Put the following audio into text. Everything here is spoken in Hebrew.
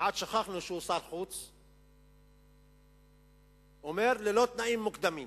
כמעט שכחנו שהוא שר חוץ, אומר: ללא תנאים מוקדמים.